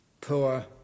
poor